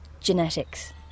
genetics